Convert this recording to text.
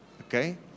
okay